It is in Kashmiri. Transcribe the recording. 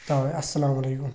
تَوے اَسلامُ علیکُم